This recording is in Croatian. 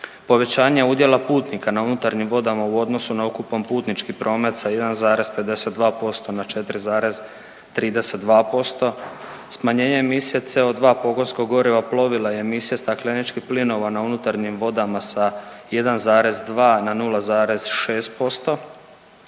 povećanja udjela putnika na unutarnjim vodama u odnosu na ukupan putnički promet sa 1,52% na 4,32%. Smanjenje emisije CO2 pogonskog goriva plovila i emisija stakleničkih plinova na unutarnjim vodama sa 1,2 na 0,6%.